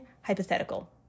hypothetical